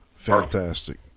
Fantastic